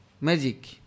magic